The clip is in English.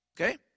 Okay